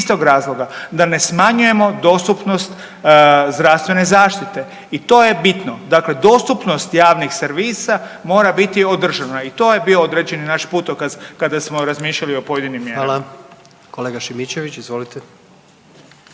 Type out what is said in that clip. Da ne smanjujemo dostupnost zdravstvene zaštite. I to je bitno. Dakle, dostupnost javnih servisa mora biti održana i to je bio određeni naš putokaz kada smo razmišljali o pojedinim mjerama. **Jandroković, Gordan